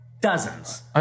Dozens